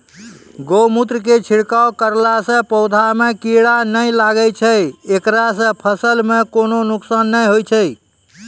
गोमुत्र के छिड़काव करला से पौधा मे कीड़ा नैय लागै छै ऐकरा से फसल मे कोनो नुकसान नैय होय छै?